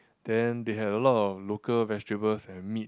then they have a lot of local vegetables and meat